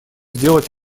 сделать